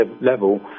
level